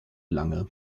lange